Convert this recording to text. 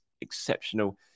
exceptional